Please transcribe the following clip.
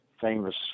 famous